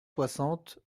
soixante